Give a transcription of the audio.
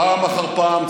פעם אחר פעם,